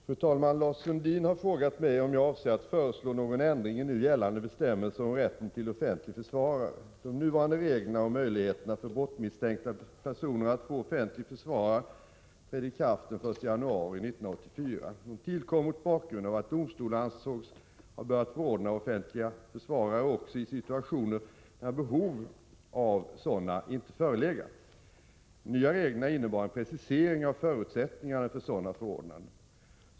Fru talman! Lars Sundin har frågat mig om jag avser att föreslå någon ändring i nu gällande bestämmelser om rätten till offentlig försvarare. De nuvarande reglerna om möjligheterna för brottsmisstänkta personer att få offentlig försvarare trädde i kraft den 1 januari 1984. De tillkom mot bakgrund av att domstolarna ansågs ha börjat förordna offentliga försvarare också i situationer när behov av sådana inte förelegat. De nya reglerna innebar en precisering av förutsättningarna för sådana förordnanden.